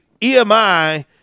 EMI